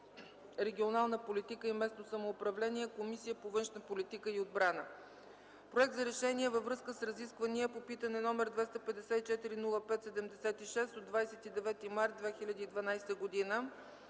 регионална политика и местно самоуправление и Комисията по външна политика и отбрана. Проект за решение във връзка с разисквания по Питане № 254 05-76 от 29 март 2012 г.